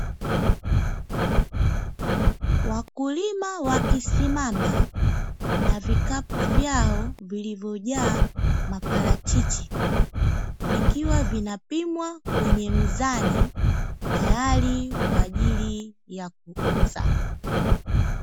Wakilima wakisimama na vikapu vyao vilivyojaa maparachichi vikiwa vinapimwa kwenye mzani tayari kwaajili ya kuuza.